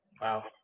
Wow